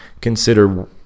consider